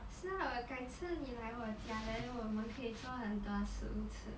是啦我改次你来我家 then 我们可以做很多食物吃